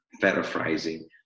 paraphrasing